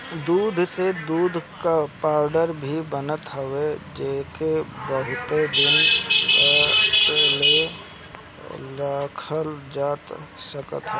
दूध से दूध कअ पाउडर भी बनत हवे जेके बहुते दिन तकले रखल जा सकत हवे